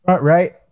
Right